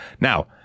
Now